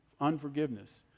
unforgiveness